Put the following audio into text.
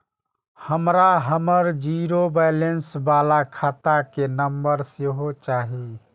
हमरा हमर zero balance बाला खाता के नम्बर सेहो चाही